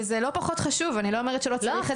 וזה לא פחות חשוב אני לא אומרת שלא צריך את זה,